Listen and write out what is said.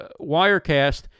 Wirecast